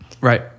Right